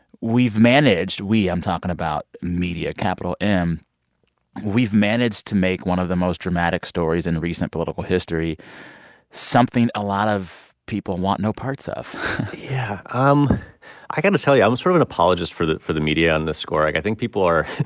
we've managed we, i'm talking about media, capital m we've managed to make one of the most dramatic stories in recent political history something a lot of people want no parts of yeah. um i i got to tell you, i'm sort of an apologist for the for the media on this score. like, i think people are.